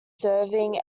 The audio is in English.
serving